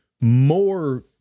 more